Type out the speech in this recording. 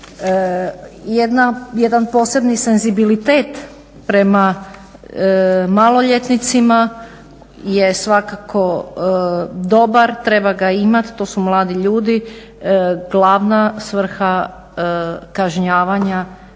Jedan posebni senzibilitet prema maloljetnicima je svakako dobar, treba ga imati to su mladi ljudi. Glavna svrha kažnjavanja